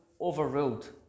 overruled